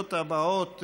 השאלות הבאות.